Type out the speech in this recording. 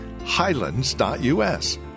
highlands.us